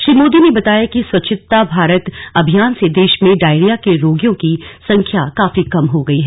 श्री मोदी ने बताया कि कि स्वच्छता भारत अभियान से देश में डायरिया के रोगियों की संख्या काफी कम हो गयी है